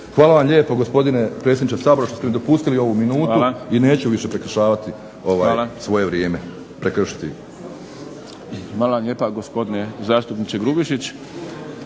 Hvala vam lijepo gospodine predsjedniče Sabora što ste mi dopustili ovu minutu i neću više prekršavati svoje vrijeme,